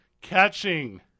catching